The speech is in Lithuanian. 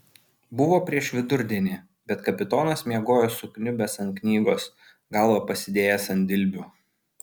buvo prieš vidurdienį bet kapitonas miegojo sukniubęs ant knygos galvą pasidėjęs ant dilbių